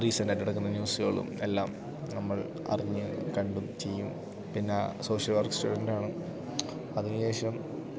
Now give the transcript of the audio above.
റീസെൻ്റായിട്ട് നടക്കുന്ന ന്യൂസുകളും എല്ലാം നമ്മൾ അറിഞ്ഞും കണ്ടും ചെയ്യും പിന്നെ ആ സോഷ്യൽ വർക്ക് സ്റ്റുഡൻ്റാണ് അതിനുശേഷം